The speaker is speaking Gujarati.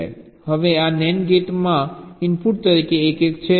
હવે આ NAND ગેટમાં ઇનપુટ તરીકે 1 1 છે